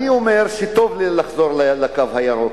אני אומר שטוב לחזור ל"קו הירוק".